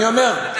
אני אומר,